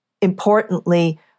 importantly